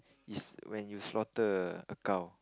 is when you slaughter a cow